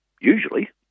usually